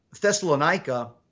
Thessalonica